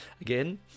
again